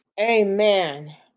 Amen